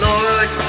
Lord